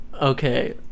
Okay